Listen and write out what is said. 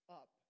up